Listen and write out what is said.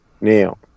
Now